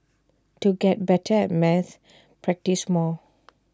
to get better at maths practise more